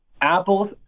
Apple's